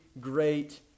great